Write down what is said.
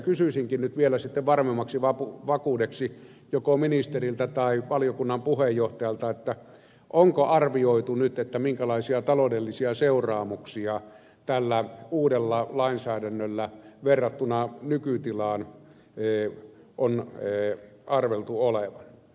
kysyisinkin nyt vielä sitten varmemmaksi vakuudeksi joko ministeriltä tai valiokunnan puheenjohtajalta onko arvioitu nyt minkälaisia taloudellisia seuraamuksia tällä uudella lainsäädännöllä verrattuna nykytilaan on arveltu olevan